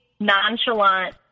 nonchalant